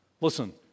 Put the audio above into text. Listen